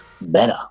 better